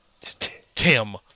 Tim